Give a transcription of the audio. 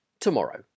tomorrow